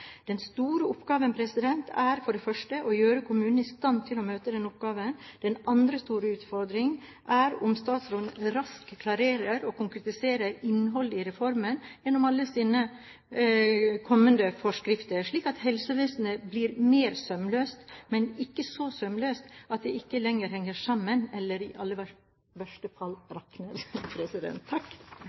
Den store oppgaven er for det første å gjøre kommunene i stand til å møte denne oppgaven. Den andre store utfordringen er om statsråden raskt klarerer og konkretiserer innholdet i reformen gjennom alle sine kommende forskrifter, slik at helsevesenet blir mer sømløst, men ikke så sømløst at det ikke lenger henger sammen eller i verste fall